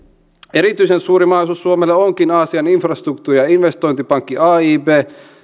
erityisen suuri mahdollisuus suomelle onkin aasian infrastruktuuri ja investointipankki aiib